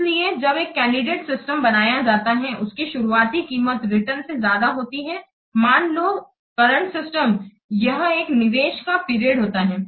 इसलिए जब एक कैंडिडेट सिस्टम बनाया जाता है उसकी शुरुआती कीमत रिटर्नसे ज्यादा होती है मान लो करंट सिस्टम यह एक निवेश का पीरियडहोता है